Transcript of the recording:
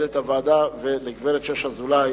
מנהלת הוועדה, לגברת שוש אזולאי,